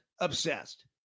obsessed